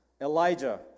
Elijah